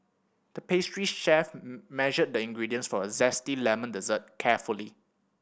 the pastry chef measured the ingredients for a zesty lemon dessert carefully